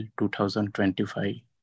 2025